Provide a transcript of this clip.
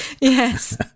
Yes